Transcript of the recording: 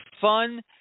fun